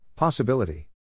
Possibility